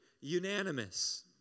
unanimous